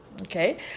Okay